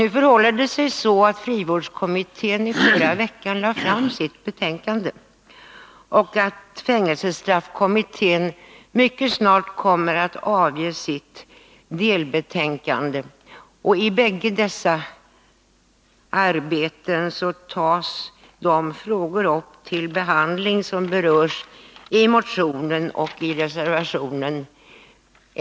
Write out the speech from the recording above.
Nu förhåller det sig så, att frivårdskommittén i förra veckan lade fram sitt betänkande och att fängelsestraffkommittén mycket snart kommer att avge ett delbetänkande. I bägge dessa arbeten tas de frågor upp till behandling som berörs i motionen och i reservationen.